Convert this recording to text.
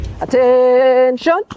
Attention